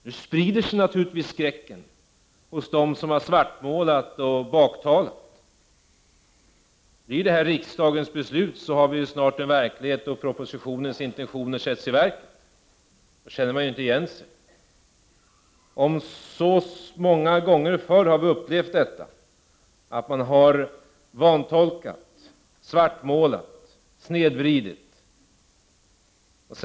Nu sprider sig naturligtvis skräcken hos dem som har svartmålat och baktalat propositionen. Blir detta riksdagens beslut har vi snart en verklighet då propositionens intentioner sätts i verket. Då kommer man ju inte att känna igen sig. Så många gånger förr har vi upplevt detta: man har vantolkat, svartmålat och snedvridit.